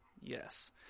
Yes